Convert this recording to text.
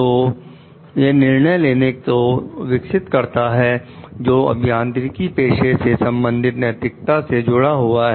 तो यह निर्णय लेने को विकसित करता है जो अभियांत्रिकी पेशे से संबंधित नैतिकता से जुड़ा हुआ है